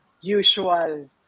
usual